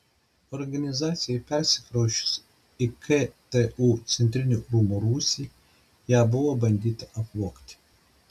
organizacijai persikrausčius į ktu centrinių rūmų rūsį ją buvo bandyta apvogti